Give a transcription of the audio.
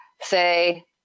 say